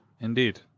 indeed